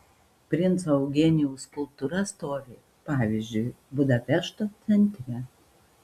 princo eugenijaus skulptūra stovi pavyzdžiui budapešto centre